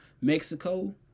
Mexico